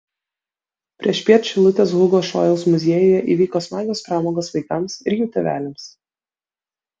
priešpiet šilutės hugo šojaus muziejuje įvyko smagios pramogos vaikams ir jų tėveliams